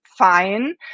fine